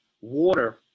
water